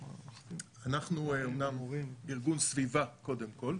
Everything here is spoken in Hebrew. אנחנו אמנם ארגון סביבה קודם כל,